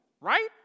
right